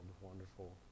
Wonderful